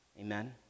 Amen